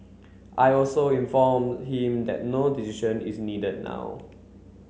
I also inform him that no decision is needed now